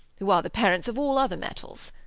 who are the parents of all other metals.